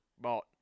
bought